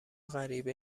غریبه